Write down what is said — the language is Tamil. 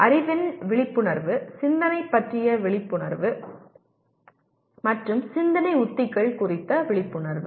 அறிவின் விழிப்புணர்வு சிந்தனை பற்றிய விழிப்புணர்வு மற்றும் சிந்தனை உத்திகள் குறித்த விழிப்புணர்வு